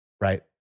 Right